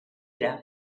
era